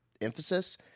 emphasis